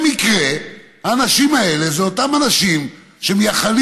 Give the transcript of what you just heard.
במקרה האנשים האלה הם אותם אנשים שמייחלים